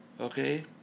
Okay